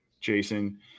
Jason